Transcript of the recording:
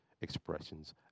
expressions